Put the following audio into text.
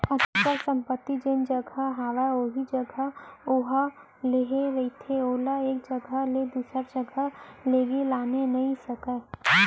अचल संपत्ति जेन जघा हवय उही जघा ओहा रेहे रहिथे ओला एक जघा ले दूसर जघा लेगे लाने नइ जा सकय